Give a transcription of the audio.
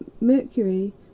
Mercury